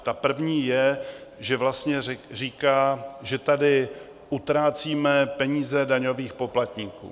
Ta první je, že vlastně říká, že tady utrácíme peníze daňových poplatníků.